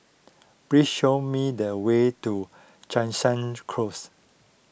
please show me the way to Jansen Close